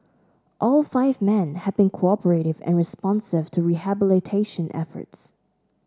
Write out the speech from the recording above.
all five men had been cooperative and responsive to rehabilitation efforts